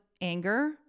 anger